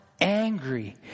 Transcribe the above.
angry